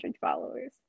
followers